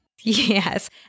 Yes